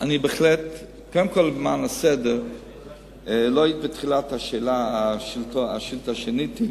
למען הסדר, לא היית בתחילת השאילתא כשעניתי.